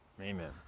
Amen